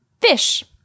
fish